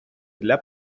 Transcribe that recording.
для